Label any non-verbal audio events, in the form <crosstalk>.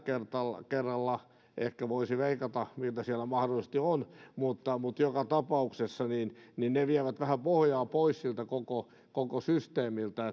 kerralla ehkä voisi veikata mitä siellä mahdollisesti on joka tapauksessa vievät vähän pohjaa pois siltä koko koko systeemiltä <unintelligible>